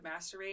masturbate